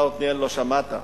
אתה, עתניאל, לא שמעת.